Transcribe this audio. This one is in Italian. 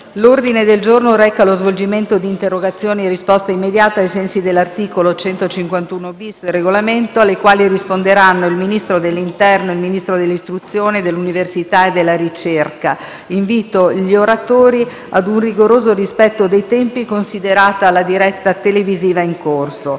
L'ordine del giorno reca lo svolgimento di interrogazioni a risposta immediata (cosiddetto *question time*), ai sensi dell'articolo 151-*bis* del Regolamento, alle quali risponderanno il Ministro dell'interno e il Ministro dell'istruzione, dell'università e della ricerca. Invito gli oratori a un rigoroso rispetto dei tempi, considerata la diretta televisiva in corso.